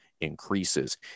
increases